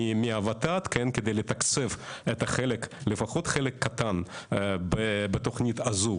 מהות"ת כן כדי לתקצב לפחות את החלק הקטן בתוכנית הזו,